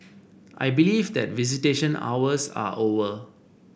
I believe that visitation hours are over